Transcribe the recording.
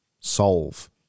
solve